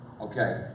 Okay